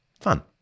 Fun